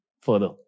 further